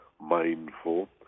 mindful